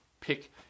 Pick